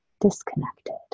disconnected